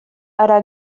ala